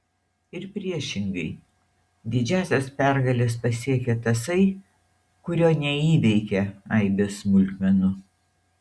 ir priešingai didžiąsias pergales pasiekia tasai kurio neįveikia aibės smulkmenų